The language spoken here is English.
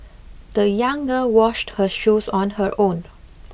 the young girl washed her shoes on her own